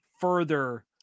further